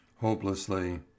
hopelessly